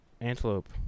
antelope